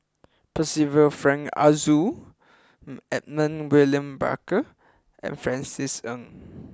Percival Frank Aroozoo Edmund William Barker and Francis Ng